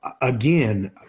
again